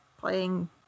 playing –